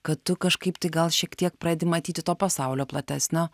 kad tu kažkaip tai gal šiek tiek pradedi matyti to pasaulio platesnio